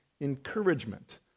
encouragement